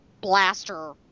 blaster